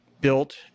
built